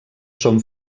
són